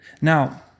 Now